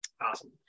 awesome